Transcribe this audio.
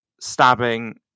stabbing